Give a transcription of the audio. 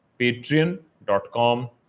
patreon.com